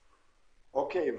הציבור.